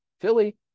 Philly